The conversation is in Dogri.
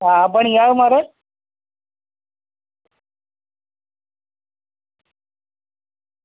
हां बनी जाग महाराज